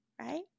right